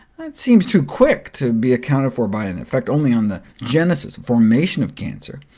that seems too quick to be accounted for by an effect only on the genesis formation of cancer.